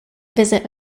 visit